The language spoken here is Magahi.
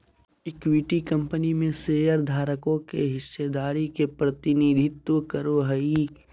इक्विटी कंपनी में शेयरधारकों के हिस्सेदारी के प्रतिनिधित्व करो हइ